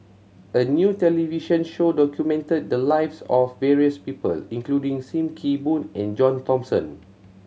a new television show documented the lives of various people including Sim Kee Boon and John Thomson